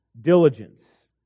diligence